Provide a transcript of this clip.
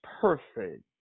perfect